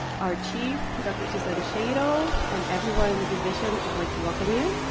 our chief, dr. suzanne schadl, and everyone in the division, i would like to welcome you.